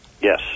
Yes